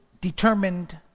determined